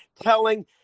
telling